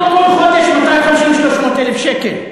כל חודש 250,000 300,000 שקל.